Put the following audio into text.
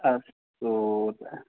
अस्तु